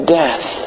death